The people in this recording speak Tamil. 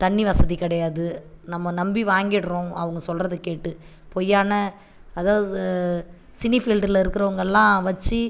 தண்ணி வசதி கிடையாது நம்ப நம்பி வாங்கிடுறோம் அவங்க சொல்றதை கேட்டு பொய்யான அதாவது சினி ஃபீல்டில் இருக்குறவங்கள்லாம் வச்சு